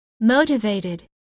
motivated